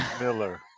Miller